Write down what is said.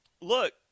look